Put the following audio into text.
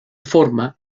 forma